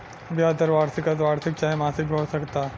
ब्याज दर वार्षिक, अर्द्धवार्षिक चाहे मासिक भी हो सकता